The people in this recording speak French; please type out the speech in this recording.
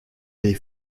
les